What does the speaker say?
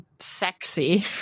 Sexy